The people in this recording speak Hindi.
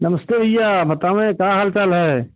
नमस्ते भैया बताएं का हाल चाल है